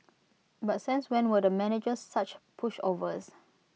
but since when were the managers such pushovers